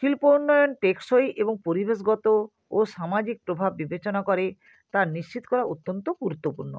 শিল্প উন্নয়ন টেকসই এবং পরিবেশগত ও সামাজিক প্রভাব বিবেচনা করে তা নিশ্চিত করা অত্যন্ত গুরুত্বপূর্ণ